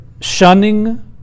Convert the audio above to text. shunning